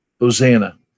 Hosanna